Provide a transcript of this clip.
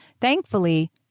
Thankfully